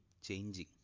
changing